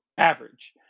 average